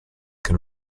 can